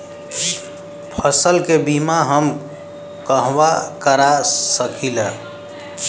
फसल के बिमा हम कहवा करा सकीला?